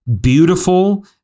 beautiful